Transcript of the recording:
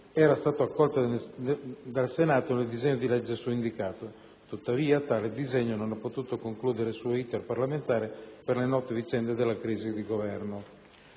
era stata accolta dal Senato nel disegno di legge suindicato. Tuttavia, tale atto non ha potuto concludere il suo *iter* parlamentare per le note vicende della crisi di Governo.